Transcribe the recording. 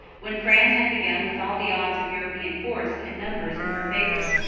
when france had begun with all the odds of european force and numbers in her favour?